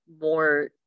more